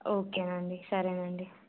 ఓకేనండి సరేనండి